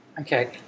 Okay